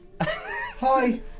Hi